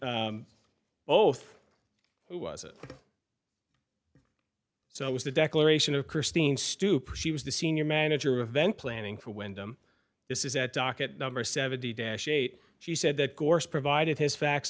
h was it so was the declaration of christine stupor she was the senior manager event planning for wyndham this is at docket number seventy dash eight she said that course provided his fa